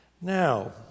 Now